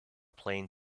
plane